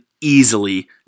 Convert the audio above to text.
easily